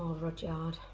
rudyard.